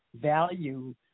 value